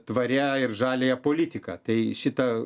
tvaria ir žaliąją politiką tai šitą